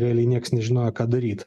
realiai nieks nežinojo ką daryt